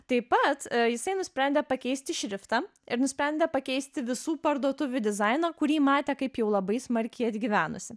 taip pat jisai nusprendė pakeisti šriftą ir nusprendė pakeisti visų parduotuvių dizainą kurį matė kaip jau labai smarkiai atgyvenusį